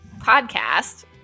podcast